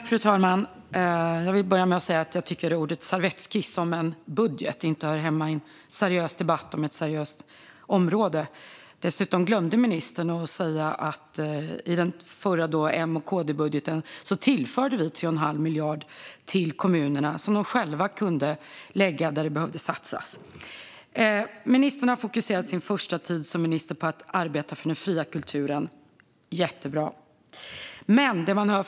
Fru talman! Jag vill börja med att säga att jag inte tycker att ordet servettskiss om en budget hör hemma i en seriös debatt om ett seriöst område. Dessutom glömde ministern att säga att vi i den förra M-KD-budgeten tillförde 3 1⁄2 miljard till kommunerna, som de själva kunde lägga där det behövde satsas. Ministern har under sin första tid som minister fokuserat på att arbeta för den fria kulturen. Det är jättebra.